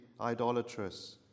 idolatrous